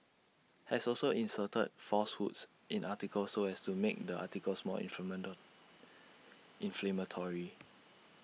has also inserted falsehoods in articles so as to make the articles more inflammatory